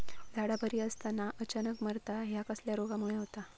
झाडा बरी असताना अचानक मरता हया कसल्या रोगामुळे होता?